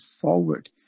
forward